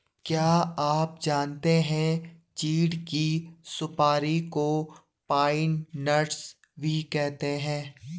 क्या आप जानते है चीढ़ की सुपारी को पाइन नट्स भी कहते है?